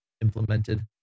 implemented